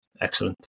excellent